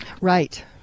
Right